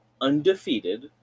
undefeated